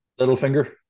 Littlefinger